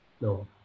No